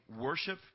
worship